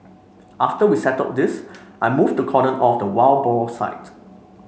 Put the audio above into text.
after we settled this I moved to cordon off the wild boar site